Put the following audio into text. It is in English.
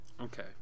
okay